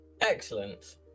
Excellent